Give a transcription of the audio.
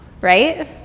right